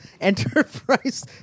Enterprise